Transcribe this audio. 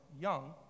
young